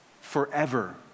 forever